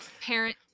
parent